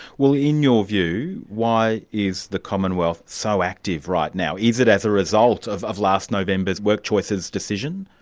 well in your view, why is the commonwealth so active right now? is it as a result of of last november's workchoices decision?